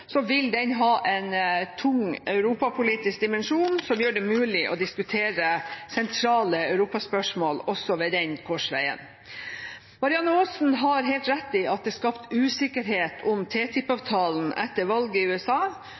vil den ha en tung europapolitisk dimensjon, som gjør det mulig å diskutere sentrale europaspørsmål også ved den korsveien. Marianne Aasen har helt rett i at det er skapt usikkerhet om TTIP-avtalen etter valget i USA,